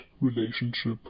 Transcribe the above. relationship